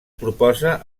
proposa